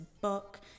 book